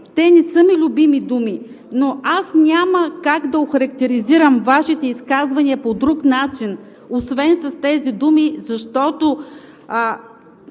те не са ми любими думи, но аз няма как да охарактеризирам Вашите изказвания по друг начин освен с тези думи, защото